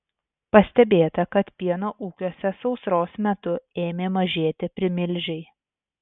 pastebėta kad pieno ūkiuose sausros metu ėmė mažėti primilžiai